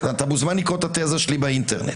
אתה מוזמן לקרוא את התזה שלי באינטרנט,